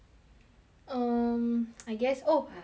um I guess oh right but I bought